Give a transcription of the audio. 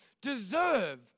deserve